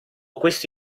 questo